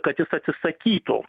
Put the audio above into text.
kad jis atsisakytų